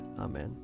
Amen